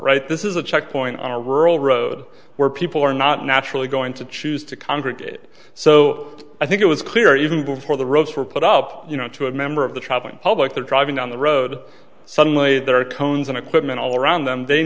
right this is a checkpoint on a rural road where people are not naturally going to choose to congregate so i think it was clear even before the roads were put up you know to a member of the traveling public they're driving down the road suddenly there are cones and equipment all around them they